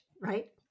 right